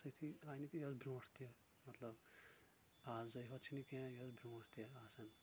وقتس سۭتی آے نہٕ کیٚنٛہہ یہِ أس بروٗنٛٹھ تہِ مطلب أزۍ یوٚت چھنہٕ کیٚنٛہہ یہِ أس بروٗنٛٹھ تہِ آسان